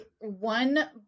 one